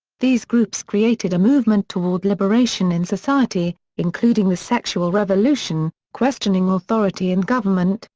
these groups created a movement toward liberation in society, including the sexual revolution, questioning authority and government,